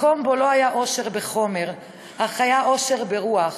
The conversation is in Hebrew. מקום שבו לא היה עושר בחומר אך היה עושר ברוח,